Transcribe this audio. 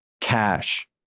cash